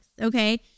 okay